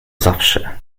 zawsze